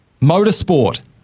motorsport